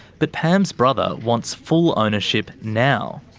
but pam's brother wants full ownership now.